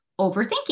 overthinking